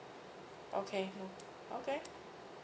okay oh okay